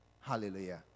Hallelujah